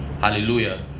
Hallelujah